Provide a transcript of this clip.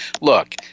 look